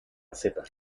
receta